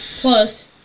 Plus